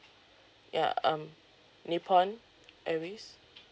ya um nippon airways